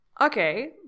okay